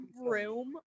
room